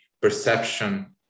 perception